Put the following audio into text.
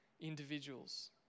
individuals